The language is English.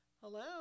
Hello